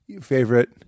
Favorite